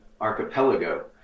archipelago